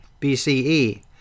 BCE